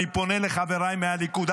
אני פונה לחבריי מהליכוד,